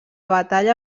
batalla